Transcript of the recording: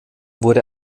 wurde